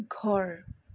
ঘৰ